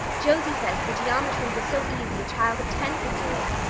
josie says the geometry was so easy a child of ten could do it!